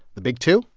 the big two?